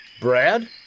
Brad